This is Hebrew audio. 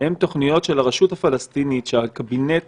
הן תוכניות של הרשות הפלסטינית שהקבינט